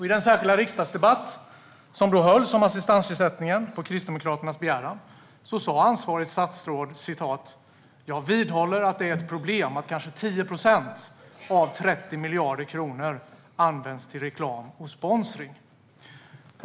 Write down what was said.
I den särskilda riksdagsdebatt som på Kristdemokraternas begäran hölls om assistansersättningen sa ansvarigt statsråd: "Jag vidhåller att det är ett problem att kanske 10 procent av 30 miljarder används till reklam och sponsring."